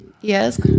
Yes